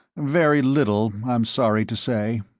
very little, i'm sorry to say.